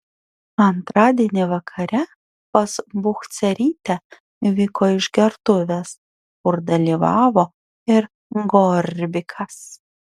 antradienį vakare pas buchcerytę vyko išgertuvės kur dalyvavo ir gorbikas